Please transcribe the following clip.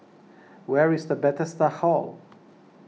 where is the Bethesda Hall